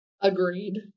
Agreed